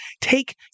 take